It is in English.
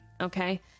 okay